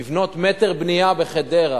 לבנות מטר בנייה בחדרה,